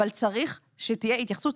אבל צריך שתהיה התייחסות.